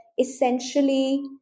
essentially